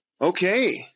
Okay